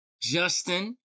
Justin